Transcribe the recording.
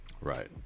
right